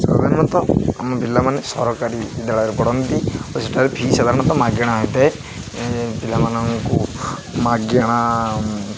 ସାଧାରଣତଃ ଆମ ପିଲାମାନେ ସରକାରୀ ବିଦ୍ୟାଳୟରେ ପଢ଼ନ୍ତି ହସ୍ପିଟାଲରେ ଫ୍ରି ସାଧାରଣତଃ ମାଗଣା ହୋଇଥାଏ ପିଲାମାନଙ୍କୁ ମାଗଣା